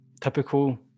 typical